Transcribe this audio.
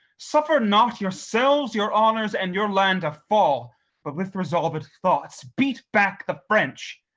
suffer not yourselves, your honors, and your land to fall but with resolved thoughts beat back the french.